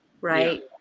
right